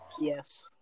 Yes